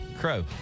Crow